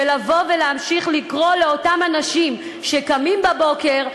לבוא ולהמשיך לקרוא לאותם אנשים שקמים בבוקר,